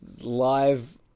Live